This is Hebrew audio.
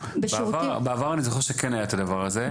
בעבר אני זוכר שכן אפשר היה את הדבר הזה.